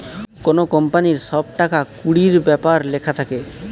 কোনো কোম্পানির সব টাকা কুড়ির ব্যাপার লেখা থাকে